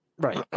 Right